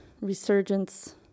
resurgence